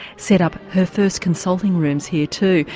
set up her first consulting rooms here too.